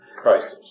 crisis